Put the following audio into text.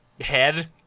head